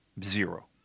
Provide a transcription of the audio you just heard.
Zero